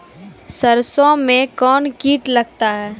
सरसों मे कौन कीट लगता हैं?